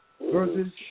versus